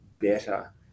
better